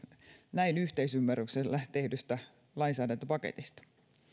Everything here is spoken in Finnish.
näin yhteisymmärryksellä tehdystä lainsäädäntöpaketista